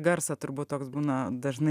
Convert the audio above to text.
garsą turbūt toks būna dažnai